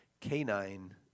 canine